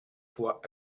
fois